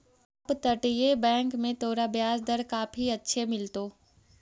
अपतटीय बैंक में तोरा ब्याज दर काफी अच्छे मिलतो